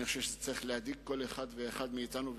אני חושב שזה צריך להדאיג כל אחד ואחד מאתנו,